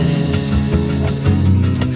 end